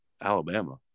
Alabama